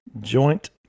joint